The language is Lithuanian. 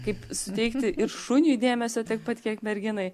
kaip suteikti ir šuniui dėmesio tiek pat kiek merginai